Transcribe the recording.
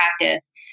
practice